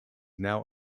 now